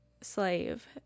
slave